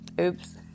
Oops